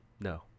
no